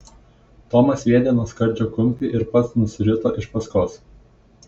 tomas sviedė nuo skardžio kumpį ir pats nusirito iš paskos